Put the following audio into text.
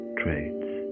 traits